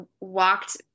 walked